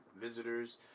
visitors